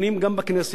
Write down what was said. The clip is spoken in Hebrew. גם בכנסת,